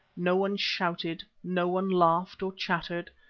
no one shouted, no one laughed or chattered.